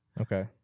Okay